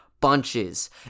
bunches